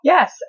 Yes